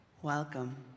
Welcome